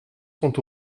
sont